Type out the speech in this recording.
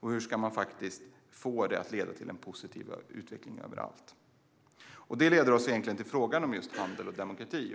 Och hur ska man kunna få den att leda till en positiv utveckling överallt? Detta leder oss till frågan om handel och demokrati.